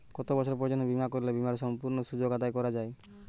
কত বছর পর্যন্ত বিমা করলে বিমার সম্পূর্ণ সুযোগ আদায় করা য়ায়?